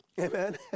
Amen